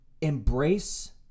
Embrace